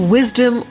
Wisdom